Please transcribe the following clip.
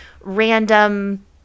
random